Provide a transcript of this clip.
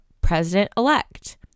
president-elect